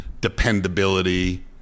dependability